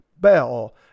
Bell